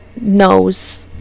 knows